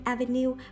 Avenue